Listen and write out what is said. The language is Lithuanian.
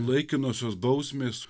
laikinosios bausmės